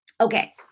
Okay